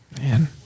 man